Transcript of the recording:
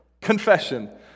confession